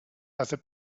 other